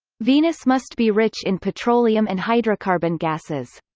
venus must be rich in petroleum and hydrocarbon gases.